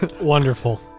Wonderful